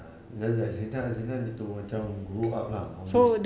ah az~ azlina azlina need to macam grow up lah on this